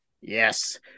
Yes